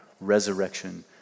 resurrection